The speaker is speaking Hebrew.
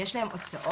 יש להם הוצאות,